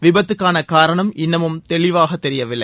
விபத்துக்கான காரணம் இன்னமும் தெளிவாகத் தெரியவில்லை